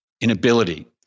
inability